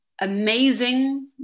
amazing